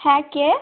হ্যাঁ কে